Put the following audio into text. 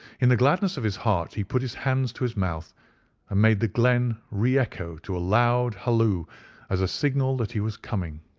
in the gladness of his heart he put his hands to his mouth and ah made the glen re-echo to a loud halloo as a signal that he was coming.